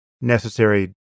necessary